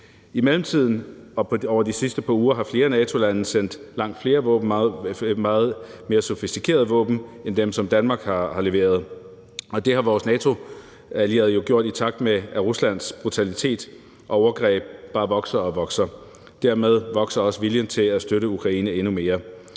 I mellemtiden og over de sidste par uger har flere NATO-lande sendt langt flere våben, meget mere sofistikerede våben end dem, som Danmark har leveret, og det har vores NATO-allierede jo gjort, i takt med at Ruslands brutalitet og overgreb bare vokser og vokser. Dermed vokser også viljen til at støtte Ukraine endnu mere.